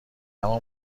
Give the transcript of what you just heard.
اما